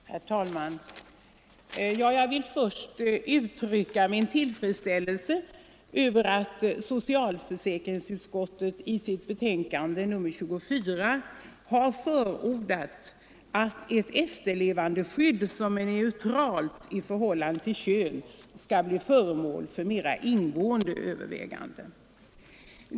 Herr talman! Jag vill först uttrycka min tillfredsställelse över att Socialförsäkringsutskottet i sitt betänkande nr 24 har förordat att ett efterlevandeskydd som är neutralt i förhållande till kön skall bli föremål för mera ingående överväganden.